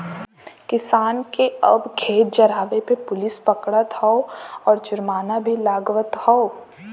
किसान के अब खेत जरावे पे पुलिस पकड़त हौ आउर जुर्माना भी लागवत हौ